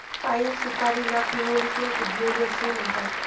पाइन सुपारीला पिनोली किंवा पिग्नोली असेही म्हणतात